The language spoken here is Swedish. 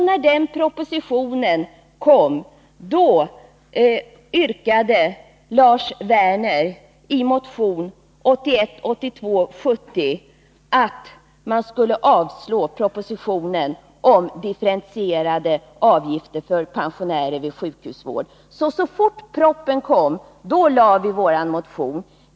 När den propositionen lades fram yrkade Lars Werner i motion 1981/82:70 att man skulle avslå propositionens förslag om differentierade avgifter för pensionärer vid sjukhusvård. Så snart propositionen lades fram väckte vi alltså vår motion.